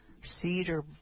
cedar